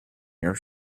your